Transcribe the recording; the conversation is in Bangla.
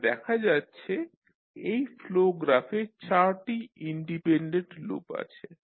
তাহলে দেখা যাচ্ছে এই ফ্লো গ্রাফে চারটি ইন্ডিপেন্ডেন্ট লুপ আছে